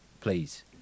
please